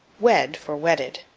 wed for wedded.